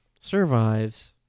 Survives